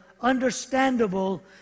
understandable